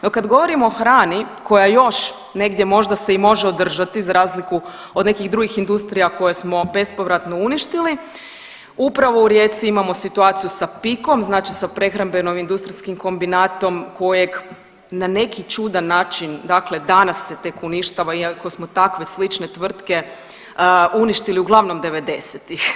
No, kad govorimo o hrani koja još negdje možda se i može održati za razliku od nekih drugih industrija koje smo bespovratno uništili, upravo u Rijeci imamo situaciju sa PIK-om znači sa Prehrambeno industrijskim kombinatom kojeg na neki čudan način dakle danas se tek uništava iako smo takve slične tvrtke uništili uglavnom '90.-ih.